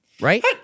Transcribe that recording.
right